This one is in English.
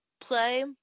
play